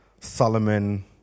Solomon